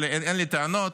אבל אין לי טענות.